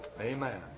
Amen